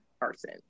person